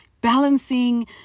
Balancing